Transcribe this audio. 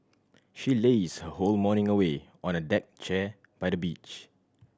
she lazed her whole morning away on a deck chair by the beach